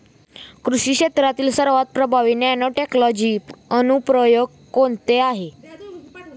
कृषी क्षेत्रातील सर्वात प्रभावी नॅनोटेक्नॉलॉजीचे अनुप्रयोग कोणते आहेत?